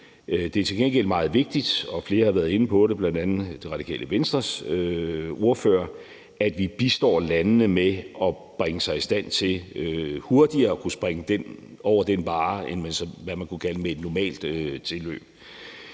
Det er til gengæld meget vigtigt – og flere, bl.a. Radikale Venstres ordfører, har været inde på det – at vi bistår landene med at bringe sig i stand til hurtigere at kunne springe over den barre end med, hvad man kunne kalde et normalt tilløb.